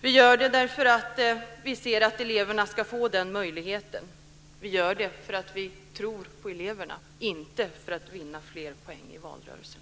Vi gör det därför att vi anser att eleverna ska få den möjligheten. Vi gör det därför att vi tror på eleverna, inte för att vinna fler poäng i valrörelsen.